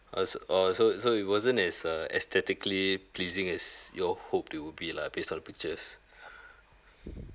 uh so orh so so it wasn't as uh aesthetically pleasing as you all hoped it would be lah based on the pictures